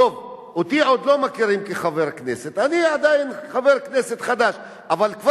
והייתי אומר לך שיש פה אזרח, לא חבר כנסת, אזרח,